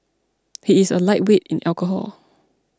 he is a lightweight in alcohol